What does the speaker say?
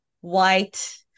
white